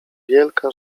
wielka